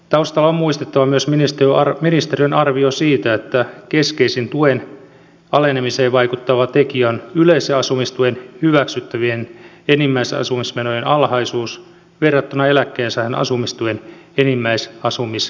taustalla on muistettava myös ministeriön arvio siitä että keskeisin tuen alenemiseen vaikuttava tekijä on yleisen asumistuen hyväksyttävien enimmäisasumismenojen alhaisuus verrattuna eläkkeensaajan asumistuen enimmäisasumismenoihin